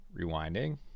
rewinding